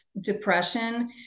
depression